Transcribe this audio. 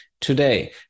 today